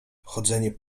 chodzenie